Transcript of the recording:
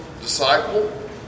disciple